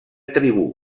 tribú